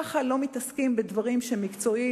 כך לא מתעסקים בדברים מקצועיים.